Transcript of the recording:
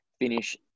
finish